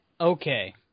okay